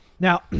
Now